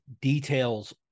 details